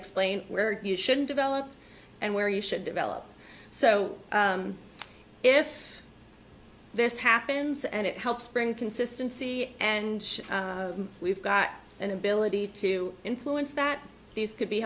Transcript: explain where you should develop and where you should develop so if this happens and it helps bring consistency and we've got an ability to influence that these could be